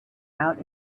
out